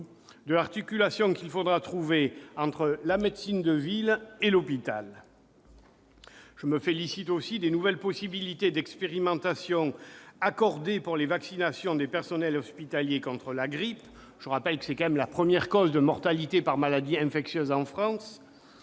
de l'articulation qu'il faudra trouver entre la médecine de ville et l'hôpital. Je me félicite également des nouvelles possibilités d'expérimentation accordées pour les vaccinations des personnels hospitaliers contre la grippe- je rappelle que c'est la première cause de mortalité par maladie infectieuse en France